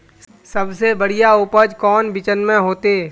सबसे बढ़िया उपज कौन बिचन में होते?